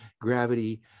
gravity